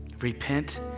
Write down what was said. Repent